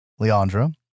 Leandra